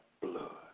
blood